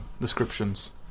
descriptions